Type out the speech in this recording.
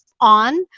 on